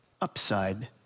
upside